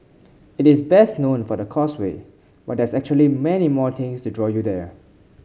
it is best known for the Causeway but there's actually many more things to draw you there